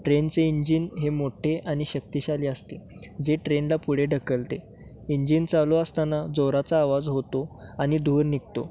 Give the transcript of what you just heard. ट्रेनचे इंजिन हे मोठे आणि शक्तिशाली असते जे ट्रेनला पुढे ढकलते इंजिन चालू असताना जोराचा आवाज होतो आणि दूर निघतो